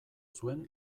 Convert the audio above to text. zuen